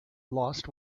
lost